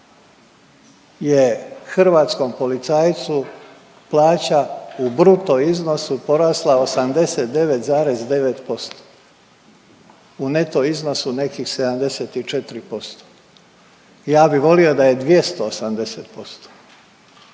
hrvatskom policajcu plaća u bruto iznosu porasla 89,9%. U neto iznosu nekih 74%. Ja bih volio da je 280%,